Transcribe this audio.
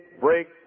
break